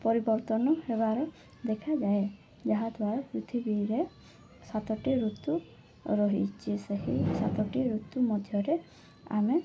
ପରିବର୍ତ୍ତନ ହେବାର ଦେଖାଯାଏ ଯାହାଦ୍ୱାରା ପୃଥିବୀରେ ସାତଟି ଋତୁ ରହିଛି ସେହି ସାତଟି ଋତୁ ମଧ୍ୟରେ ଆମେ